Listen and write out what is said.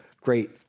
great